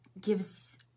gives